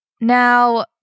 Now